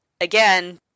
Again